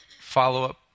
follow-up